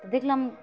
তো দেখলাম